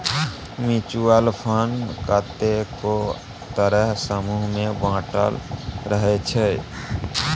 mutual fund कतेको तरहक समूह मे बाँटल रहइ छै